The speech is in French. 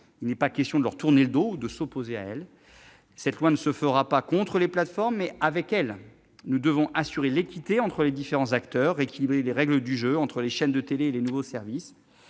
Il n'est pas question de leur tourner le dos ou de s'opposer à elles. Ce projet de loi se fera non pas contre les plateformes, mais avec elles. Nous devons assurer l'équité entre les différents acteurs, rééquilibrer les règles du jeu, entre les chaînes de télévision et les nouveaux services.